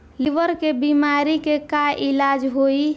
Liver के बीमारी के का इलाज होई?